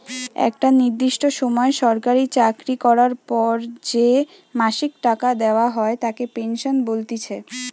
একটা নির্দিষ্ট সময় সরকারি চাকরি করার পর যে মাসিক টাকা দেওয়া হয় তাকে পেনশন বলতিছে